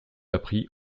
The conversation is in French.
appris